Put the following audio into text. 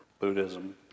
Buddhism